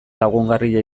lagungarria